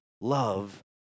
love